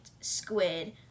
squid